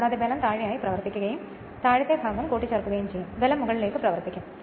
കൂടാതെ ബലം താഴെയായി പ്രവർത്തിക്കുകയും താഴത്തെ ഭാഗം കൂട്ടിച്ചേർക്കുകയും ചെയ്യും ബലം മുകളിലേക്ക് പ്രവർത്തിക്കും